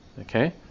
okay